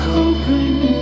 Hoping